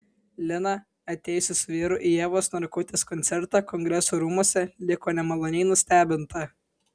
lina atėjusi su vyru į ievos narkutės koncertą kongresų rūmuose liko nemaloniai nustebinta